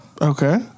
Okay